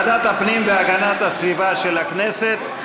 משרד הפנים והגנת הסביבה של הכנסת.